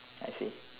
I see